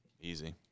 Easy